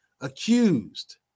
Accused